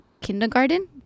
kindergarten